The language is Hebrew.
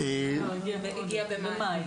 לא, הגיע במאי.